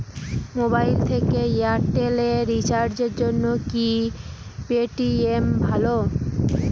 Mobile থেকে Airtel এ রিচার্জের জন্য কি পেটিএম ভালো?